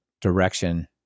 direction